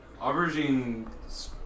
Aubergine